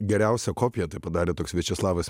geriausią kopiją tai padarė toks viačeslavas